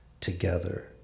together